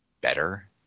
better